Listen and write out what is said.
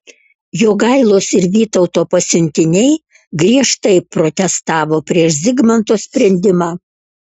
jogailos ir vytauto pasiuntiniai griežtai protestavo prieš zigmanto sprendimą